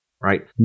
Right